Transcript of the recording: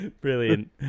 Brilliant